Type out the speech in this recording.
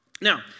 Now